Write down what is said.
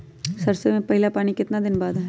सरसों में पहला पानी कितने दिन बाद है?